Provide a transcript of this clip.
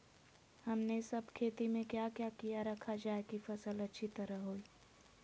हमने सब खेती में क्या क्या किया रखा जाए की फसल अच्छी तरह होई?